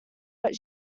but